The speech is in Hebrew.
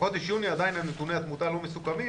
בחודש יוני עדיין נתוני התמותה לא מסוכמים,